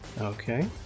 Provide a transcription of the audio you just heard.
Okay